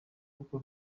uko